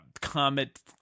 Comet